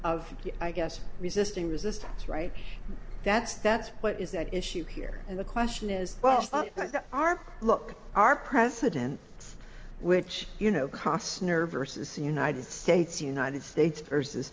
of i guess resisting resistance right that's that's what is at issue here and the question is well our look our president which you know costs nerver says the united states united states versus